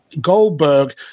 Goldberg